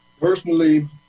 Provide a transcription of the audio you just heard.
Personally